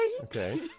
Okay